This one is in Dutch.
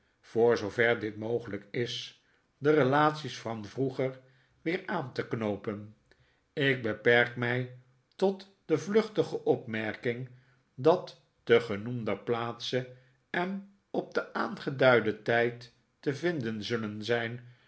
voor zoover dit mogelijk is de relaties van vroeger weer aan te knooperi ik beperk mij tot de vluchtige opmerking dat te genoemder plaatse en op den aangeduiden tijd te vinden zullen zijn